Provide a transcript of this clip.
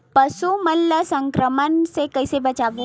पशु मन ला संक्रमण से कइसे बचाबो?